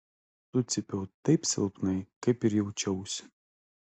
sucypiau taip silpnai kaip ir jaučiausi